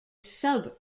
sub